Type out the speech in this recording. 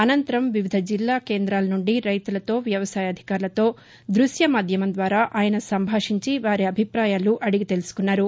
అనంతరం వివిధ జిల్లా కేంద్రాల నుండి రైతులతో వ్యవసాయ అధికారులతో ద్భశ్య మాధ్యమం ద్వారా ఆయన సంభాషించి వారి అభిపాయాలు అడిగి తెలుసుకున్నారు